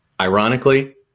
Ironically